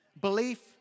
Belief